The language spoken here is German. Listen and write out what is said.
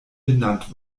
benannt